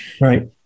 Right